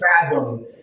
fathom